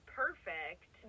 perfect